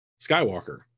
Skywalker